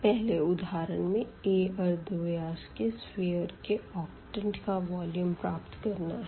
पहले उदाहरण में a अर्धव्यास के सफ़ेयर के ऑक्टेंट का वॉल्यूम प्राप्त करना है